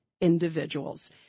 individuals